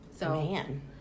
Man